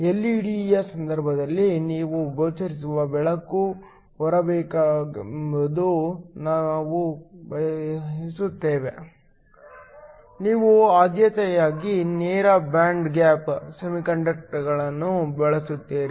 ಎಲ್ಇಡಿಯ ಸಂದರ್ಭದಲ್ಲಿ ನಾವು ಗೋಚರಿಸುವ ಬೆಳಕು ಹೊರಬರಬೇಕೆಂದು ನಾವು ಬಯಸುತ್ತೇವೆ ನೀವು ಆದ್ಯತೆಯಾಗಿ ನೇರ ಬ್ಯಾಂಡ್ ಗ್ಯಾಪ್ ಸೆಮಿಕಂಡಕ್ಟರ್ಗಳನ್ನು ಬಳಸುತ್ತೀರಿ